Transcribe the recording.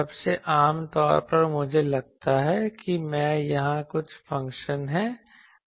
सबसे आम तौर पर मुझे लगता है कि मैं यहाँ कुछ फंक्शन है